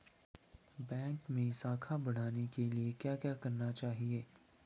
Bank मैं साख बढ़ाने के लिए क्या क्या करना चाहिए?